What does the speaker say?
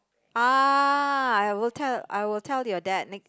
ah I will tell I will tell your dad next